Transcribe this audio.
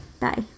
Bye